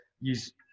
use